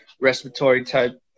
respiratory-type